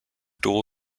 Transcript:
dual